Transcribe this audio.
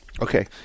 Okay